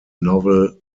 novel